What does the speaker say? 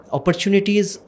opportunities